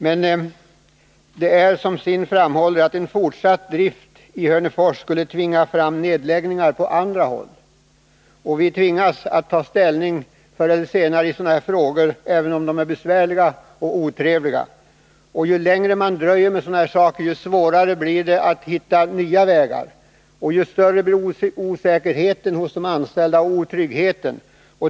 Men, som SIND framhåller, en fortsatt drift i Hörnefors skulle tvinga fram nedläggningar på andra håll. Vi tvingas förr eller senare ta ställning till sådana här frågor, även om det är besvärligt och otrevligt. Ju längre man dröjer, desto svårare blir det att finna nya vägar och desto större blir osäkerheten och otryggheten hos de anställda.